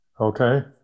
Okay